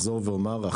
אחזור ואומר,